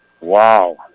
Wow